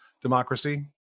democracy